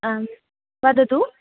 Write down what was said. आं वदतु